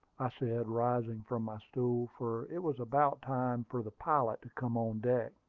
i said, rising from my stool, for it was about time for the pilot to come on deck.